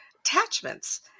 attachments